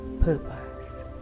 purpose